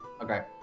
Okay